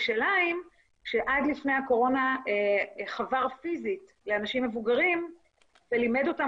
בירושלים שעד לפני הקורונה חבר פיזית לאנשים מבוגרים ולימד אותם